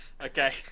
Okay